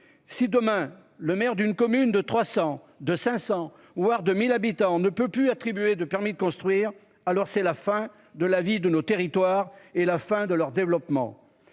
Si demain le maire d'une commune de 300, de 500 ou voire 2000 habitants on ne peut plus attribué de permis de construire. Alors c'est la fin de la vie de nos territoires et la fin de leur développement.